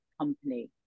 company